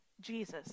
Jesus